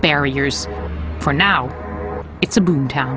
barriers for now it's a boomtown